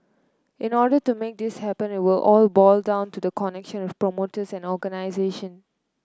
in the order to make this happen it will all boil down to the connections with promoters and organisation